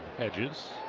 hedges.